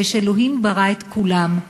ושאלוהים ברא את כולם,